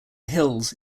hills